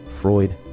Freud